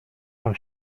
tam